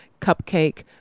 Cupcake